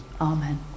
Amen